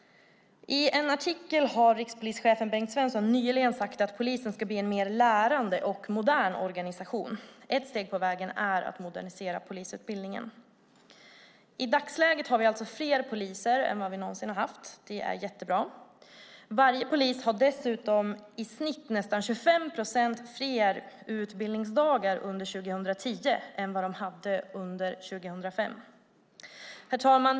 I en artikel har rikspolischefen Bengt Svensson nyligen sagt att polisen ska bli en mer lärande och modern organisation. Ett steg på vägen är att modernisera polisutbildningen. I dagsläget har vi fler poliser än vad vi någonsin har haft. Det är jättebra. Varje polis har dessutom i snitt nästan 25 procent fler utbildningsdagar under 2010 än under 2005. Herr talman!